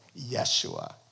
Yeshua